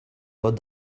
got